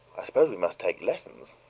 i suppose we must take lessons.